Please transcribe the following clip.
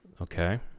Okay